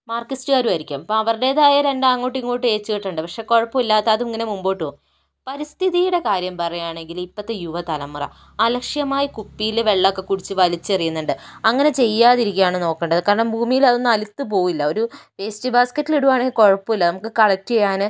മാർക്കിസ്റ്റുകാരും ആയിരിക്കും അപ്പോൾ അവരുടേതായ രണ്ട് അങ്ങോട്ടും ഇങ്ങോട്ടും ഏച്ച് കെട്ടുണ്ടാകും പക്ഷേ കുഴപ്പമില്ല അതാത് അങ്ങനെ മുൻപോട്ട് പോകും പരിസ്ഥിതിയുടെ കാര്യം പറയുകയാണെങ്കിൽ ഇപ്പോഴത്തെ യുവതലമുറ അലക്ഷ്യമായി കുപ്പിയിൽ വെള്ളം ഒക്കെ കുടിച്ച് വലിച്ചെറിയുന്നുണ്ട് അങ്ങനെ ചെയ്യാതിരിക്കുകയാണ് നോക്കേണ്ടത് കാരണം ഭൂമിയിൽ അതൊന്നും അലുത്തു പോകില്ല ഒരു വേസ്റ്റ് ബാസ്കെറ്റിൽ ഇടുകയാണെങ്കിൽ കുഴപ്പമില്ല നമുക്ക് കളെക്റ്റ് ചെയ്യാൻ